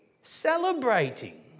celebrating